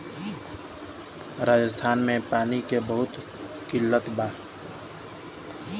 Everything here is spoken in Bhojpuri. राजस्थान में पानी के बहुत किल्लत बा